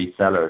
resellers